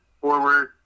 forward